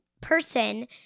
person